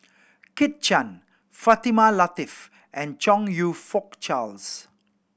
Kit Chan Fatimah Lateef and Chong You Fook Charles